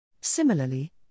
Similarly